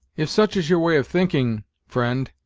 if such is your way of thinking, friend,